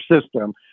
system